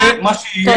יהיה מה שיהיה,